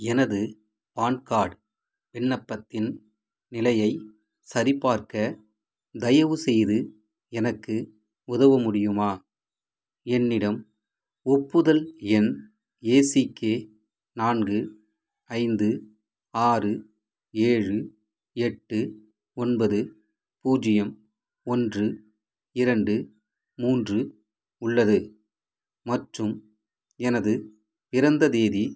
எனது PAN card விண்ணப்பத்தின் நிலையை சரிபார்க்க தயவுசெய்து எனக்கு உதவ முடியுமா என்னிடம் ஒப்புதல் எண் ஏ சி கே நான்கு ஐந்து ஆறு ஏழு எட்டு ஒன்பது பூஜ்ஜியம் ஒன்று இரண்டு மூன்று உள்ளது மற்றும் எனது பிறந்த தேதி